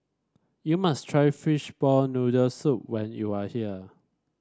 you must try Fishball Noodle Soup when you are here